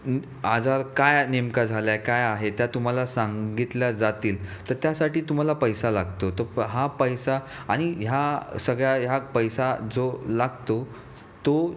आजार काय नेमका झालाय काय आहे त्या तुम्हाला सांगितल्या जातील तर त्यासाठी तुम्हाला पैसा लागतो तर हा पैसा आणि ह्या सगळ्या ह्या पैसा जो लागतो तो